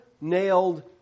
nailed